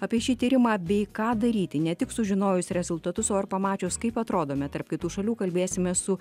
apie šį tyrimą bei ką daryti ne tik sužinojus rezultatus o ir pamačius kaip atrodome tarp kitų šalių kalbėsime su